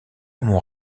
mon